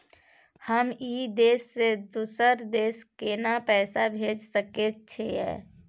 हम ई देश से दोसर देश केना पैसा भेज सके छिए?